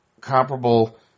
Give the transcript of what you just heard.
comparable